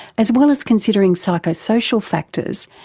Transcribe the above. as well as considering psychosocial factors,